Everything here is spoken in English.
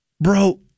bro